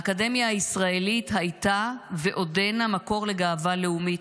האקדמיה הישראלית הייתה ועודנה מקור לגאווה לאומית,